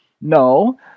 No